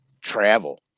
travel